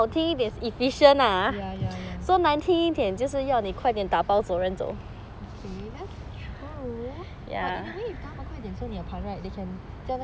ya ya ya okay that's true but in a way 他们快点收你的盘 right they can 叫那个